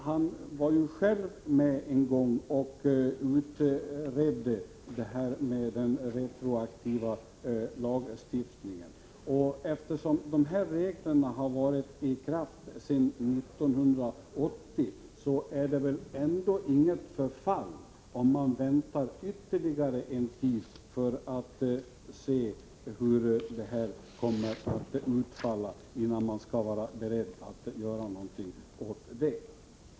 Han var ju själv en gång med och utredde reglerna om förbud mot den retroaktiva lagstiftningen. Eftersom dessa regler har varit i kraft sedan 1980 leder det väl ändå inte till något förfall om man väntar ytterligare en tid för att se hur det hela kommer att utfalla, innan man är beredd att göra någonting ytterligare.